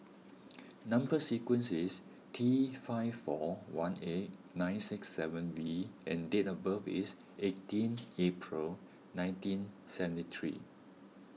Number Sequence is T five four one eight nine six seven V and date of birth is eighteen April nineteen seventy three